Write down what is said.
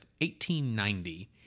1890